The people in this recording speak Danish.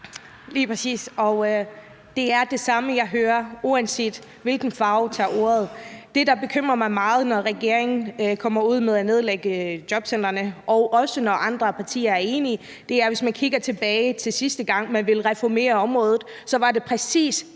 Lige præcis, og det er det samme, jeg hører, uanset hvilken partifarve den politiker, der tager ordet, har. Det, der bekymrer mig, når regeringen kommer med forslaget om at nedlægge jobcentrene, og også når andre partier er enige, er, at hvis man kigger tilbage på sidste gang, man ville reformere området, var det præcis